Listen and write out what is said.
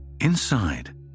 Inside